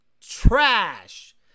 trash